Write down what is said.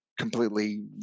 completely